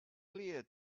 clear